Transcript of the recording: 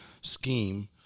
scheme